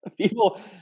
People